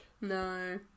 No